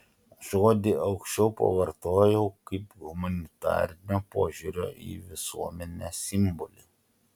žodį aukščiau pavartojau kaip humanitarinio požiūrio į visuomenę simbolį